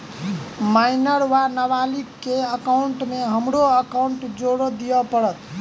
Minor वा नबालिग केँ एकाउंटमे हमरो एकाउन्ट जोड़य पड़त की?